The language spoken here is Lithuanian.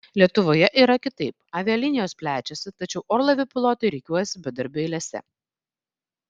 lietuvoje yra kitaip avialinijos plečiasi tačiau orlaivių pilotai rikiuojasi bedarbių eilėse